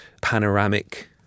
panoramic